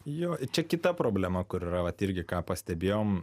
jo čia kita problema kur yra vat irgi ką pastebėjom